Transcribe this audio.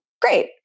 great